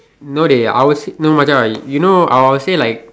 no dey ours no Macha I will say like